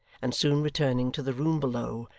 and soon returning to the room below,